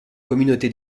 communauté